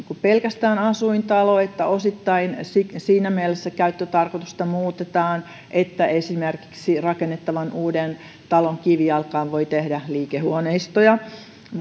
pelkästään asuintalo osittain siinä mielessä käyttötarkoitusta muutetaan että esimerkiksi rakennettavan uuden talon kivijalkaan voi tehdä liikehuoneistoja